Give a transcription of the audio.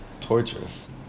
torturous